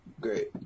Great